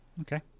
Okay